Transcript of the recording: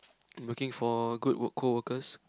I'm looking for good wo~ co workers